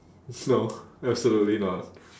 no absolutely not